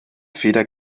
feder